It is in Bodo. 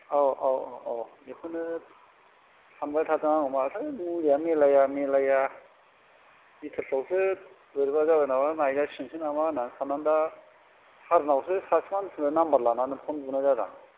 औ औ औ बेखौनो सानबाय थादों आं माथो मुलिया मिलाया मिलाया बिथोरफ्रावसो बोरैबा जाबाय नामा नायनांसिगोनसो नामा होननानै साननानै दा सारनावसो सासे मानसिनाव नाम्बार लानानै फन बुनाय जादों